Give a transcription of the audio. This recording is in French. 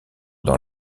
dans